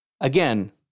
again